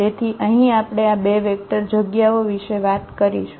તેથી અહીં આપણે આ બે વેક્ટર જગ્યાઓ વિશે વાત કરીશું